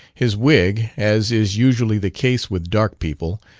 his wig, as is usually the case with dark people,